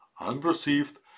unperceived